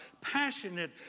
passionate